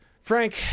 Frank